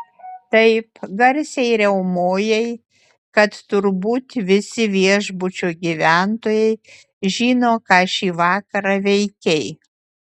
taip garsiai riaumojai kad turbūt visi viešbučio gyventojai žino ką šį vakarą veikei